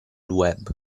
web